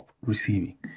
receiving